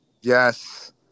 Yes